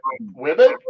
women